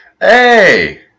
Hey